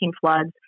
floods